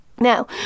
Now